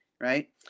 right